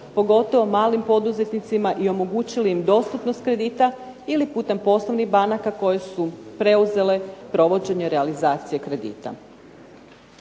pogotovo malim poduzetnicima i omogućili im dostupnost kredita, ili putem poslovnih banaka koje su preuzele provođenje realizacije kredita.